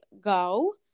go